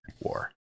war